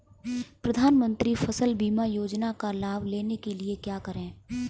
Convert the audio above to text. प्रधानमंत्री फसल बीमा योजना का लाभ लेने के लिए क्या करें?